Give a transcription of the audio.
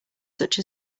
such